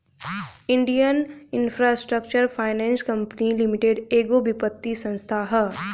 Indian infrastructure finance company limited एगो वित्तीय संस्था ह